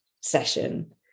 session